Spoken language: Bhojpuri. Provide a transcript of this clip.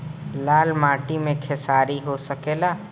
लाल माटी मे खेसारी हो सकेला?